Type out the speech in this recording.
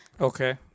Okay